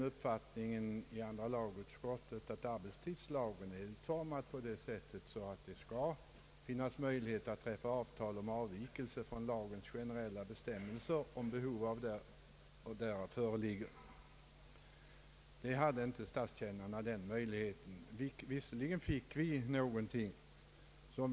Arbetstidslagens dispositiva regler är så utformade att det erfordras avtal eller överenskommelse mellan parterna för att avvikelser från lagens generella bestämmelser skall få tillämpas. Denna möjlighet har inte statstjänstemännen haft.